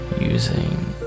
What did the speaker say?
using